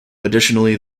additionally